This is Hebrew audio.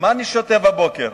מה אני שותה בבוקר?